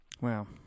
Wow